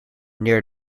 near